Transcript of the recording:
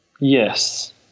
Yes